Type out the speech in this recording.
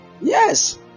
Yes